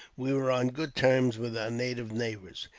we were on good terms with our native neighbours.